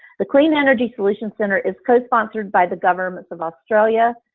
the clean energy solution center is cosponsored by the governments of australia,